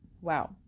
wow